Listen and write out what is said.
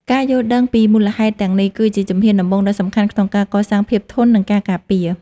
ការយល់ដឹងពីមូលហេតុទាំងនេះគឺជាជំហានដំបូងដ៏សំខាន់ក្នុងការកសាងភាពធន់ និងការការពារ។